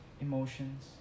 emotions